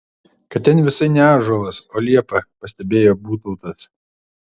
kad ten visai ne ąžuolas o liepa pastebėjo būtautas